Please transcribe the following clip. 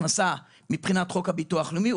אם הוא הופך להיות הכנסה מבחינת חוק הביטוח הלאומי,